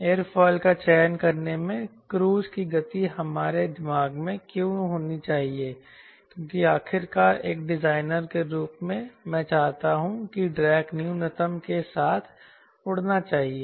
airfoil का चयन करने में क्रूज की गति हमारे दिमाग में क्यों होनी चाहिए क्योंकि आखिरकार एक डिजाइनर के रूप में मैं चाहता हूं कि ड्रैग न्यूनतम के साथ उड़ना चाहिए